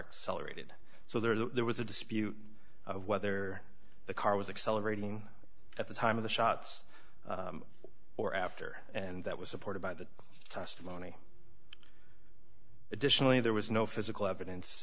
accelerated so there was a dispute of whether the car was accelerating at the time of the shots or after and that was supported by the testimony additionally there was no physical evidence